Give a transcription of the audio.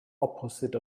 opposite